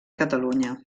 catalunya